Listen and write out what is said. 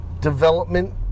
development